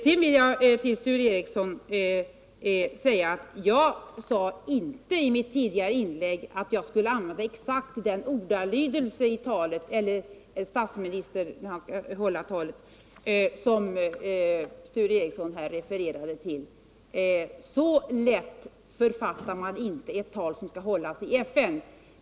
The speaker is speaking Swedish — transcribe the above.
Jag sade inte i mitt tidigare inlägg att det tal som statsministern skall hålla i FN:s generalförsamling den 24 maj kommer att innehålla exakt den ordalydelse som Sture Ericson refererade till. Så lätt författar man inte ett tal som skall hållas i FN.